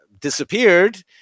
disappeared